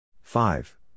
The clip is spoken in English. Five